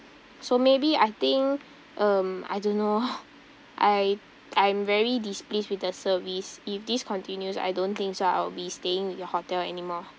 so maybe I think um I don't know I I'm very displeased with the service if this continues I don't think so I'll be staying in your hotel anymore